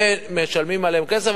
ומשלמים עליהם כסף,